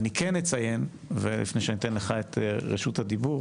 אני כן אציין ולפני שאני אתן לך את רשות הדיבור,